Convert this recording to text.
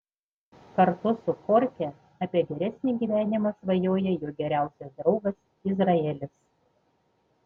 kartu su chorche apie geresnį gyvenimą svajoja jo geriausias draugas izraelis